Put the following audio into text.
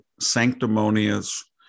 sanctimonious